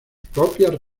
propias